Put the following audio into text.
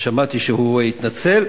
שמעתי שהוא התנצל.